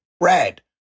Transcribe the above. red